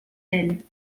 elle